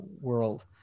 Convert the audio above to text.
world